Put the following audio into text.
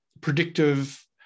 predictive